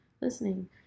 listening